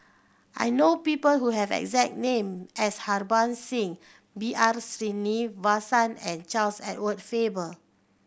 I know people who have a exact name as Harbans Singh B R Sreenivasan and Charles Edward Faber